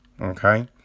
Okay